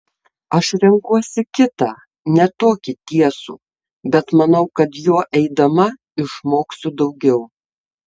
aš renkuosi kitą ne tokį tiesų bet manau kad juo eidama išmoksiu daugiau